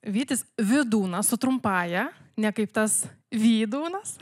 vytis vidūnas su trumpąja ne kaip tas vydūnas